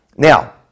Now